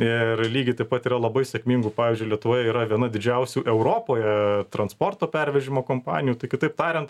ir lygiai taip pat yra labai sėkmingų pavyzdžiui lietuvoje yra viena didžiausių europoje transporto pervežimo kompanijų kitaip tariant